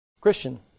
Christian